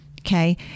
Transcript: okay